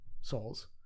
souls